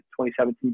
2017